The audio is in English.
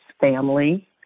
family